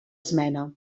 esmena